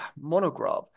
monograph